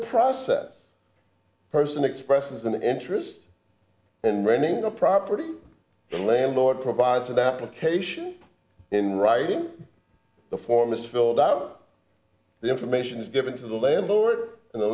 process person expresses an interest in running a property the landlord provides at that location in writing the form is filled out the information is given to the landlord and the